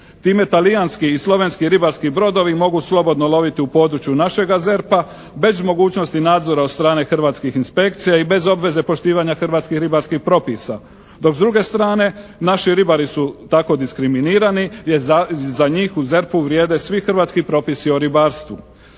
Primjer talijanski i slovenski ribarski brodovi mogu slobodno loviti u području našega ZERP-a bez mogućnosti nadzora od strane hrvatskih inspekcija i bez obveze poštivanja hrvatskih ribarskih propisa, dok s druge strane naši ribari su tako diskriminirani jer za njih u ZERP-u vrijede svi hrvatski propisi o ribarstvu.